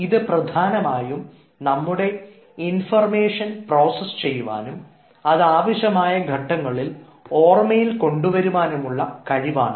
ഇത് പ്രധാനമായും നമ്മുടെ ഇൻഫർമേഷൻ പ്രോസസ് ചെയ്യുവാനും അത് ആവശ്യമായ ഘട്ടങ്ങളിൽ ഓർമ്മയിൽ കൊണ്ടുവരുവാനുമുള്ള കഴിവാണ്